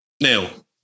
Neil